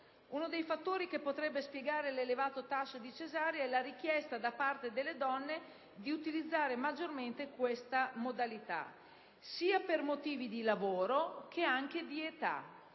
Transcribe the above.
Uno dei fattori che potrebbe spiegare l'elevato tasso di parti cesarei è la richiesta da parte delle donne di utilizzare maggiormente questa modalità, sia per motivi di lavoro che di età.